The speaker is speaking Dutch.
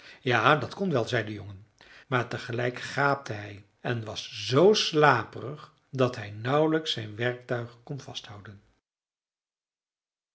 ja dat kon wel zei de jongen maar tegelijk gaapte hij en was z slaperig dat hij nauwlijks zijn werktuig kon vasthouden